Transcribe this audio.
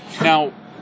Now